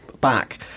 back